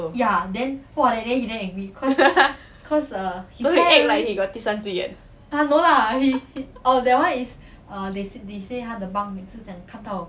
so is it 他有第三只眼